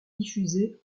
diffusé